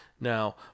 Now